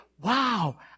wow